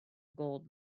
gold